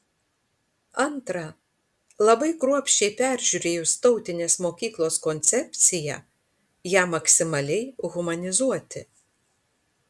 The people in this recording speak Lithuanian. antra labai kruopščiai peržiūrėjus tautinės mokyklos koncepciją ją maksimaliai humanizuoti